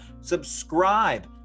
subscribe